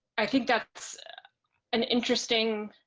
i think that's an interesting,